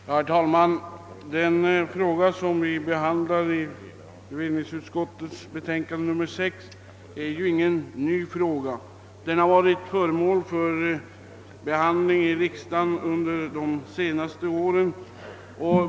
Herr talman! Den fråga som behandlas i bevillningsutskottets betänkande nr 6 är ingen ny fråga, utan den har varit föremål för behandling i riksdagen med anledning av motioner under de senaste åren.